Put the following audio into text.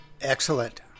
Excellent